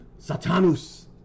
Satanus